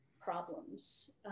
problems